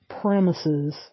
premises